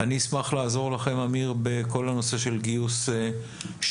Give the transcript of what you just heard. אני אשמח לעזור לכם עמיר בכל הנושא של גיוס שח"מ.